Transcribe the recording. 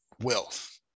wealth